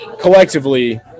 collectively